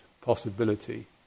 possibility